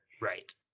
Right